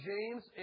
James